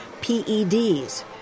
PEDs